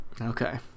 okay